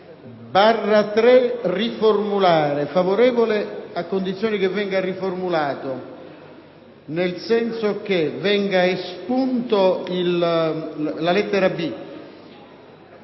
il parere è favorevole a condizione che venga riformulato nel senso: che venga espunta la lettera